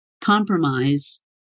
compromise